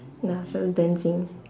ya started dancing